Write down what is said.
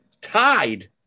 tied